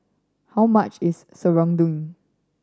how much is serunding